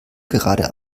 gerade